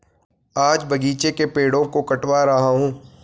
आज बगीचे के पेड़ों को कटवा रहा हूं